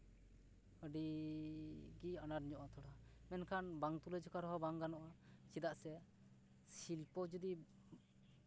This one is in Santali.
ᱟᱹᱰᱤᱜᱮ ᱟᱱᱟᱴ ᱧᱚᱜᱼᱟ ᱛᱷᱚᱲᱟ ᱢᱮᱱᱠᱷᱟᱱ ᱵᱟᱝ ᱛᱩᱞᱟᱹ ᱡᱚᱠᱷᱟ ᱨᱮᱦᱚᱸ ᱵᱟᱝ ᱜᱟᱱᱚᱜᱼᱟ ᱪᱮᱫᱟᱜ ᱥᱮ ᱥᱤᱞᱯᱚ ᱡᱩᱫᱤ